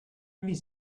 wie